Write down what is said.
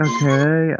Okay